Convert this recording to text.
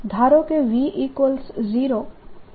ધારો કે v0 અને પ્રારંભિક કરંટ II0 છે